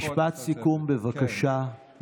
משפט סיכום, בבקשה.